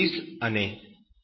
Louis Warren K